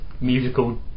Musical